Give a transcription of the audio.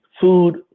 food